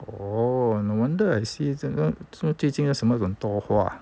oh no wonder I see 这个怎么最近为什么很多花